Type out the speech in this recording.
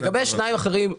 לגבי השניים האחרים.